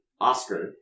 Oscar